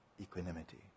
equanimity